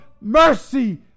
mercy